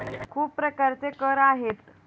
खूप प्रकारचे कर आहेत